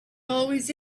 always